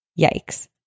Yikes